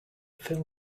film